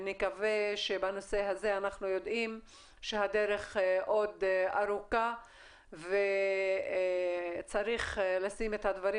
בנושא הזה אנחנו יודעים שהדרך עוד ארוכה וצריך לשים את הדברים